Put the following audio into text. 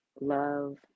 love